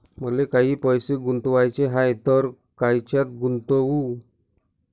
मले काही पैसे गुंतवाचे हाय तर कायच्यात गुंतवू?